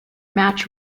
match